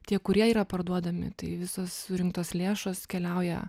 tie kurie yra parduodami tai visos surinktos lėšos keliauja